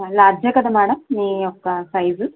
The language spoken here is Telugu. లార్జే కదా మేడం మీ యొక్క సైజు